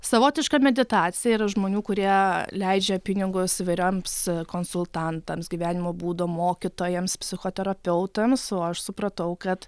savotiška meditacija yra žmonių kurie leidžia pinigus įvairioms konsultantams gyvenimo būdo mokytojams psichoterapeutams o aš supratau kad